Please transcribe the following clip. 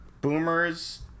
boomers